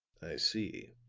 see,